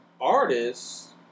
artists